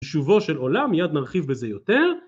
תשובו של עולם, מיד נרחיב בזה יותר.